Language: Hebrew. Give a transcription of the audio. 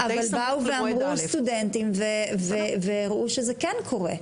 אבל באו ואמרו סטודנטים וראו שזה כן קורה.